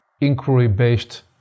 inquiry-based